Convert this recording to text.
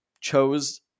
chose